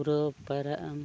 ᱯᱩᱨᱟᱹ ᱯᱟᱭᱨᱟᱜ ᱟᱢ